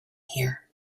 here